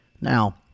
Now